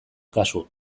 kasu